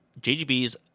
JGBs